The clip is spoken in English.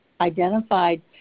identified